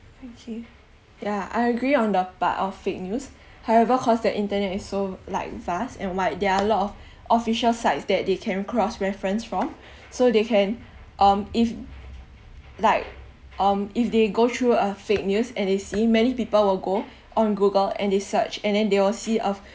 okay yeah I agree on the part of fake news however cause the internet is so like vast and wide there are a lot of official sites that they can cross reference from so they can um if like um if they go through a fake news and they see many people will go on google and they search and then they will see a